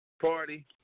Party